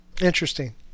Interesting